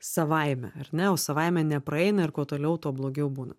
savaime ar ne o savaime nepraeina ir kuo toliau tuo blogiau būna